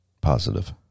Positive